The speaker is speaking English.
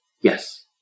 Yes